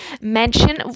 mention